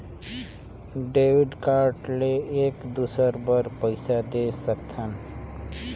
Debit card ले एक दुसर बार पइसा दे सकथन?